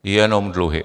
Jenom dluhy.